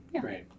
Great